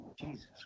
Jesus